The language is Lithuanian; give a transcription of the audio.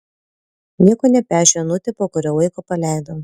nieko nepešę onutę po kurio laiko paleido